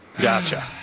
gotcha